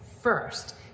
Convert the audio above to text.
first